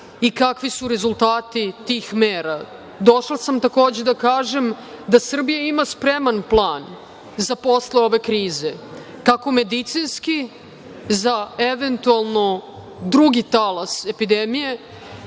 i kakvi su rezultati tih mera. Došla sam da kažem da Srbija ima spreman plan za posle ove krize, kako medicinski za eventualno drugi talas epidemije,